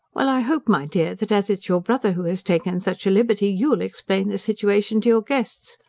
well, i hope, my dear, that as it's your brother who has taken such a liberty, you'll explain the situation to your guests.